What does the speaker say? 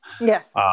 Yes